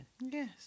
Yes